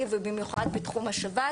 השבץ ביחד עם האיגוד ועם החברה הישראלית לשבץ.